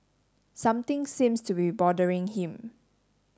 something seems to be bothering him